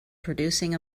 producing